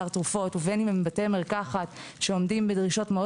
תרופות ובין אם הם בתי מרקחת שעומדים בדרישות מאוד